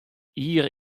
jier